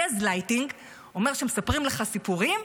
גזלייטינג אומר שמספרים לך סיפורים,